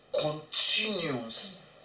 Continues